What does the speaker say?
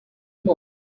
more